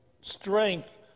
strength